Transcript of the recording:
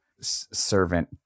servant